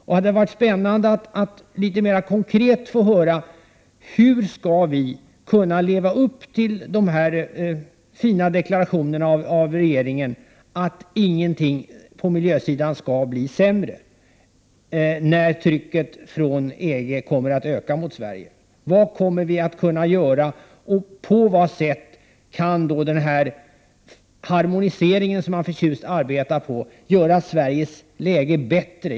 Det skulle vara spännande att litet mera konkret få höra hur vi skall kunna leva upp till de fina deklarationerna från regeringen om att ingenting skall bli sämre på miljöområdet när EG:s tryck mot Sverige ökar. Vad kommer vi att kunna göra, och på vad sätt kan den harmonisering som man förtjust arbetar på göra Sveriges läge bättre?